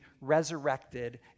resurrected